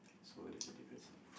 so that's the difference